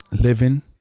living